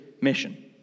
mission